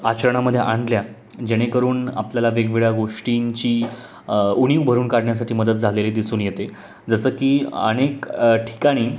आचरणामध्ये आणल्या जेणेकरून आपल्याला वेगवेगळ्या गोष्टींची उणीव भरून काढण्यासाठी मदत झालेली दिसून येते जसं की अनेक ठिकाणी